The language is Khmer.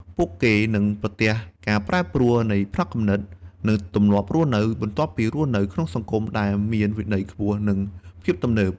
ពួកគេនឹងប្រទះការប្រែប្រួលនៃផ្នត់គំនិត និងទម្លាប់រស់នៅ បន្ទាប់ពីរស់នៅក្នុងសង្គមដែលមានវិន័យខ្ពស់ និងភាពទំនើប ។